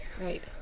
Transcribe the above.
Right